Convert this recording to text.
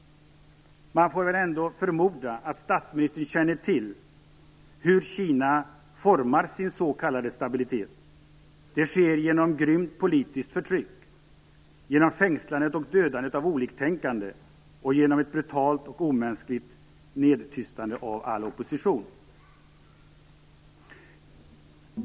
Man får väl ändå förmoda att statsministern känner till hur Kina formar sin s.k. stabilitet. Det sker genom grymt politiskt förtryck, genom fängslandet och dödandet av oliktänkande och genom ett brutalt och omänskligt nedtystande av all opposition.